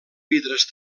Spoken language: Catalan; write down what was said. vidres